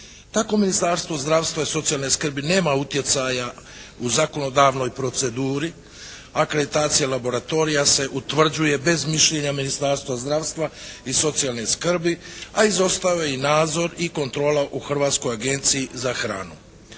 Tako Ministarstvo zdravstva i socijalne skrbi nema utjecaja u zakonodavnoj proceduri. Akreditacija laboratorija se utvrđuje bez mišljenja Ministarstva zdravstva i socijalne skrbi, a izostao je i nadzor i kontrola u Hrvatskoj agenciji za hranu.